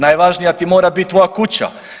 Najvažnija ti mora biti tvoja kuća.